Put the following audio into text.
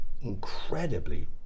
incredibly